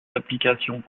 applications